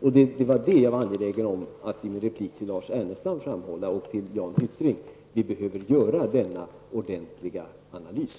och det var det jag var angelägen att framhålla i min replik till Lars Ernestam och Jan Hyttring: Vi behöver göra denna ordentliga analys.